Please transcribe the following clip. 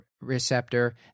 receptor